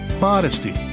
modesty